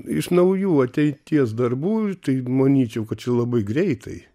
iš naujų ateities darbų tai manyčiau kad čia labai greitai